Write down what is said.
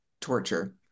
torture